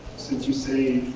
since you see